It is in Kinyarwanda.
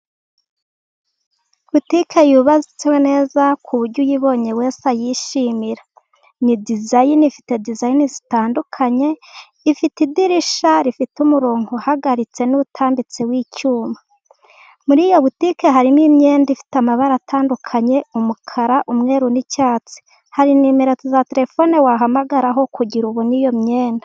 Butike yubatse neza ku buryo uyibonye wese ayishimira. Ni disayini ifite disayini zitandukanye, ifite idirishya rifite umurongo uhagaritse nutambitse w'icyuma. Muri iyo butike harimo imyenda ifite amabara atandukanye umukara, umweru n'icyatsi. Hari nimero za terefone wahamagaraho kugirango ubone iyo imyenda.